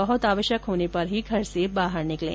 बहुत आवश्यक होने पर ही घर से बाहर निकलें